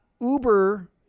Uber